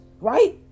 right